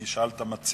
אני אשאל את המציעים: